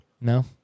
No